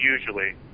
usually